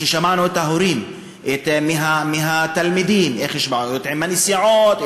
שמענו מההורים ומהתלמידים איך יש בעיות עם הנסיעות,